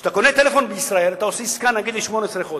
כשאתה קונה טלפון בישראל אתה עושה עסקה נגיד ל-18 חודש.